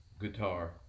Guitar